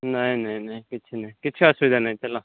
ନାଇଁ ନାଇଁ ନାଇଁ କିଛି ନାଇଁ କିଛି ଅସୁବିଧା ନାଇଁ ଚାଲ